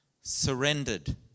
surrendered